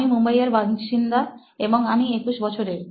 আমি মুম্বাইয়ের বাসিন্দা এবং আমি 21 বছরের